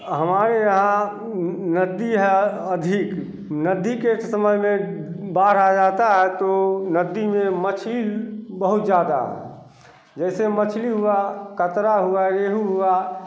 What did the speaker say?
हमारे यहाँ नदी है अधिक नदी के समय में बाढ़ आ जाती है तो नदी में मछ्ली बहुत ज़्यादा है जैसे मछली हुआ काटला हुआ रोहू हुआ